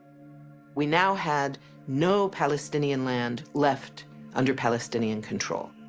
we now had no palestinian land left under palestinian control.